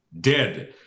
dead